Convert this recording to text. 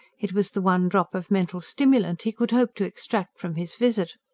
it was the one drop of mental stimulant he could hope to extract from his visit.